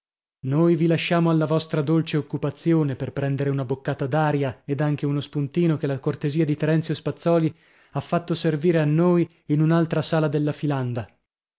noi vi lasciamo alla vostra dolce occupazione per prendere una boccata d'aria ed anche uno spuntino che la cortesia di terenzio spazzòli ha fatto servire a noi in un'altra sala della filanda